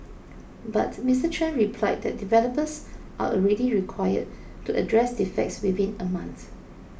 but Mister Chen replied that developers are already required to address defects within a month